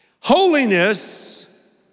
Holiness